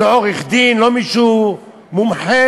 לא עורך-דין, לא מישהו מומחה.